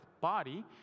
body